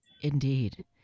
Indeed